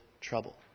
trouble